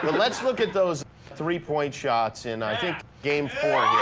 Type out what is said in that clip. but let's look at those three-point shots in i think game four.